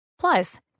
Plus